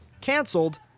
canceled